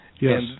Yes